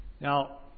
now